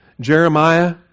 Jeremiah